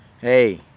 Hey